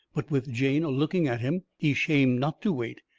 but with jane a-looking at him he's shamed not to wait.